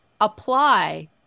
apply